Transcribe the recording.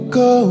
go